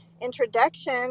introduction